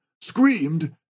screamed